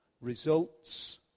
results